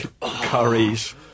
curries